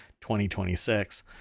2026